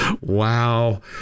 wow